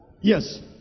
Yes